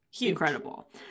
incredible